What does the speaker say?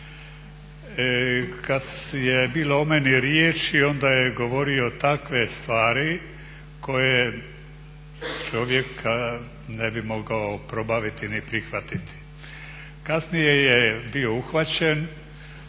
Kad je bilo o meni riječi onda je govorio takve stvari koje čovjek ne bi mogao probaviti ni prihvatiti. Kasnije je bio uhvaćen,